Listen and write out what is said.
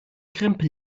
krempel